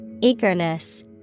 Eagerness